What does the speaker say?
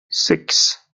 six